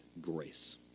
grace